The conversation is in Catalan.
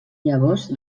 llavors